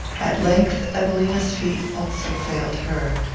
at length evelina's feet also failed her,